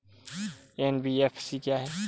NBFC क्या है?